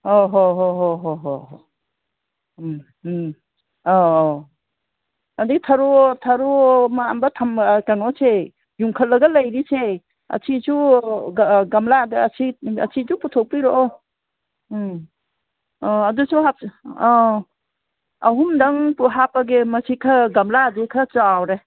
ꯑꯧ ꯍꯣꯏ ꯍꯣꯏ ꯍꯣꯏ ꯍꯣꯏ ꯍꯣꯏ ꯎꯝ ꯎꯝ ꯑꯧ ꯑꯧ ꯑꯗꯒꯤ ꯊꯥꯔꯣ ꯃꯥꯟꯕ ꯀꯩꯅꯣꯁꯦ ꯌꯨꯡꯈꯠꯂꯒ ꯂꯩꯔꯤꯁꯦ ꯑꯁꯤꯁꯨ ꯒꯝꯂꯥꯗ ꯑꯁꯤ ꯑꯁꯤꯁꯨ ꯄꯨꯊꯣꯛꯄꯤꯔꯛꯑꯣ ꯎꯝ ꯑꯣ ꯑꯗꯨꯁꯨ ꯑꯧ ꯑꯍꯨꯝꯗꯪ ꯍꯥꯞꯄꯒꯦ ꯃꯁꯤ ꯈꯔ ꯒꯝꯂꯥꯁꯦ ꯈꯔ ꯆꯥꯎꯔꯦ